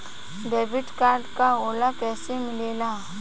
Debit card का होला कैसे मिलेला?